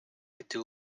gdy